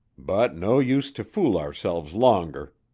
but no use to fool ourselves longer.